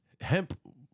Hemp